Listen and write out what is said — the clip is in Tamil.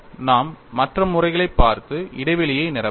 நாம் மற்ற முறைகளைப் பார்த்து இடைவெளியை நிரப்ப வேண்டும்